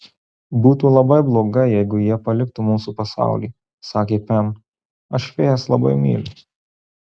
būtų labai blogai jeigu jie paliktų mūsų pasaulį sakė pem aš fėjas labai myliu